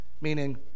Meaning